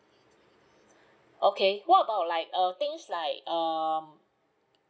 okay what about like um things like um